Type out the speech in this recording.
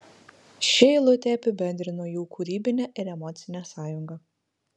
ši eilutė apibendrino jų kūrybinę ir emocinę sąjungą